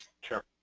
Sure